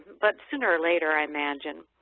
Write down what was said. but sooner or later, i imagine.